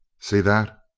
see that!